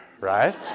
right